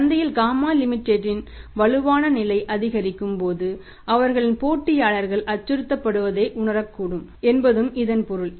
சந்தையில் Gamma Limited இன் வலுவான நிலை அதிகரிக்கும் போது அவர்களின் போட்டியாளர்கள் அச்சுறுத்தப்படுவதை உணரக்கூடும் என்பதும் இதன் பொருள்